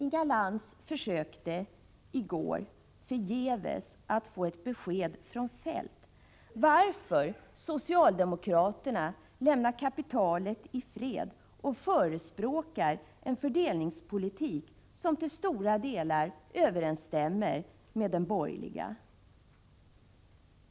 Inga Lantz försökte i går förgäves få ett besked från Kjell-Olof Feldt om varför socialdemokraterna lämnar kapitalet i fred och förespråkar en fördelningspolitik, som till stora delar överensstämmer med den borgerliga.